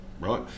right